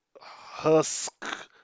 husk